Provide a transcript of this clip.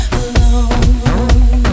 alone